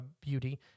beauty